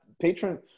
patron